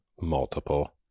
multiple